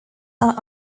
are